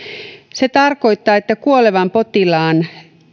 se tarkoittaa että kuolevan potilaan